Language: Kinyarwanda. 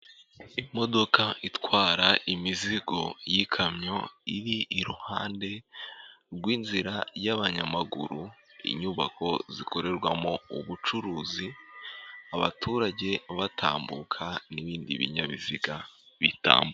Imodoka itwara imizigo y'ikamyo iri iruhande rw'inzira y'abanyamaguru, inyubako zikorerwamo ubucuruzi, abaturage batambuka n'ibindi binyabiziga bitambuka.